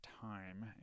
time